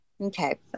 okay